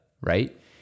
right